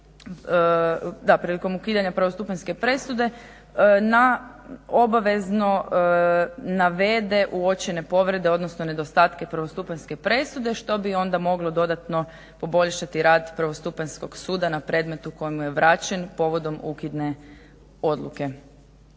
da prilikom ukidanja prvostupanjske presude da obavezno navede uočene povrede odnosno nedostatke prvostupanjske presude što bi onda moglo dodatno poboljšati rad prvostupanjskog suda na predmetu kojemu je vraćen povodom ukidne odluke.